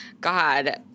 God